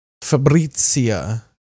Fabrizia